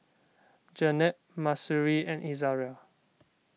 Jenab Mahsuri and Izara